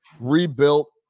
rebuilt